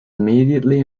immediately